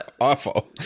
Awful